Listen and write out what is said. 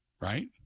Right